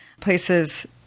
places